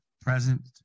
Present